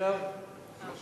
איך